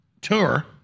tour